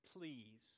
please